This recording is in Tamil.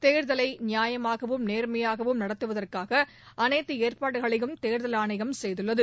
தேர்தலை நியாயமாகவும் நேர்மையாகவும் நடத்துவதற்காக அனைத்து ஏற்பாடுகளையும் தேர்தல் ஆணையம் செய்துள்ளது